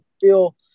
feel